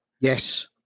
Yes